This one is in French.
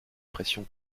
pression